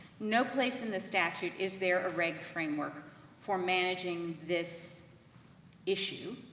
no place in the statute is there a reg framework for managing this issue.